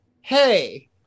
Hey